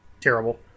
terrible